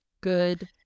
Good